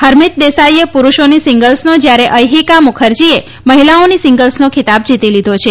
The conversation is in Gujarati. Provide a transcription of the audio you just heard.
હરમીત દેસાઇએ પુરુષોની સીંગલ્સનો જ્યારે અયહીકા મુખરજીએ મહિલાઓની સીંગલ્સનો ખીતાબ જીતી લીધો છે